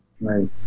Right